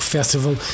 Festival